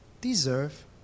deserve